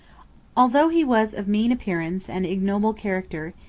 although he was of mean appearance and ignoble character,